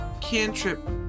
cantrip